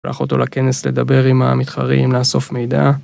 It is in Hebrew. הלך אותו לכנס לדבר עם המתחרים לאסוף מידע.